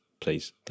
please